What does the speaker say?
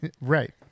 Right